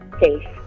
safe